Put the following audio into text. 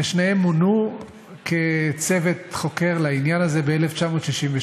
ושניהם מונו כצוות חוקר לעניין הזה ב-1967.